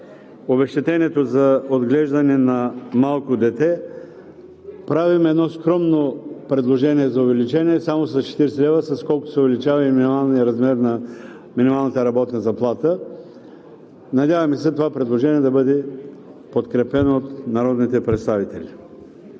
обезщетението за отглеждане на малко дете. Правим едно скромно предложение за увеличение само с 40 лв., с колкото се увеличава и минималният размер на минималната работна заплата. Надяваме се, това предложение да бъде подкрепено от народните представители.